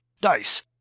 dice